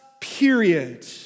period